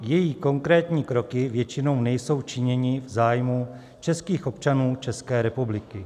Její konkrétní kroky většinou nejsou činěny v zájmu českých občanů České republiky.